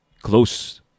close